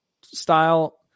style